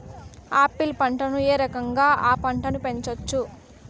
Apple పంటను ఏ రకంగా అ పంట ను పెంచవచ్చు?